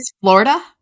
Florida